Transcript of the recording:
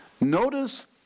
Notice